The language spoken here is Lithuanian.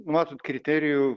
matot kriterijų